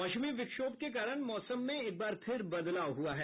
पश्चिमी विक्षोभ के कारण मौसम में एक बार फिर बदलाव हुआ है